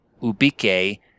Ubique